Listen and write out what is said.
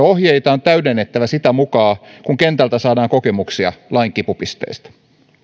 ohjeita on täydennettävä sitä mukaa kun kentältä saadaan kokemuksia lain kipupisteistä